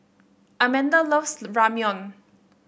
Amanda loves Ramyeon